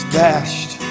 dashed